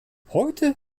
heute